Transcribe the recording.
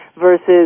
versus